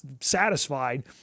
satisfied